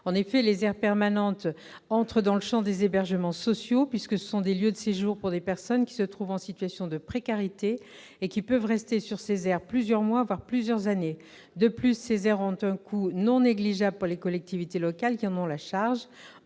voyage. Ces aires entrent dans le champ des hébergements sociaux, puisque ce sont des lieux de séjour pour des personnes en situation de précarité qui peuvent y rester plusieurs mois, voire plusieurs années. De plus, ces aires représentent un coût non négligeable pour les collectivités locales qui en ont la charge.